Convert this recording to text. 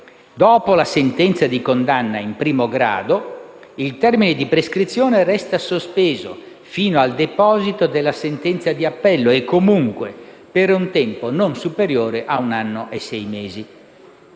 Dopo la sentenza di condanna in primo grado, il termine di prescrizione resta sospeso fino al deposito della sentenza di appello e comunque per un tempo non superiore a un anno e sei mesi.